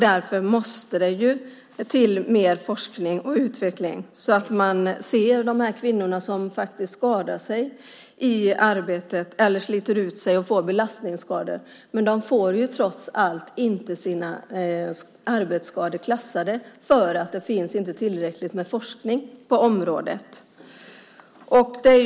Därför måste det till mer forskning och utveckling så att man verkligen ser de kvinnor som skadar sig i arbetet eller sliter ut sig och får belastningsskador. De får ju inte sina skador klassade som arbetsskador eftersom det inte finns tillräckligt med forskning på området.